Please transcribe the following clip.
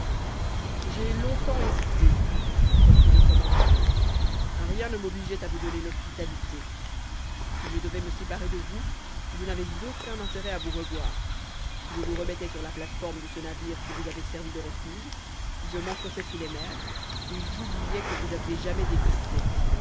j'ai longtemps hésité reprit le commandant rien ne m'obligeait à vous donner l'hospitalité si je devais me séparer de vous je n'avais aucun intérêt à vous revoir je vous remettais sur la plate-forme de ce navire qui vous avait servi de refuge je m'enfonçais sous les mers et j'oubliais que vous aviez jamais existé